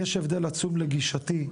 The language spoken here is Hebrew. יש הבדל עצום לגישתי,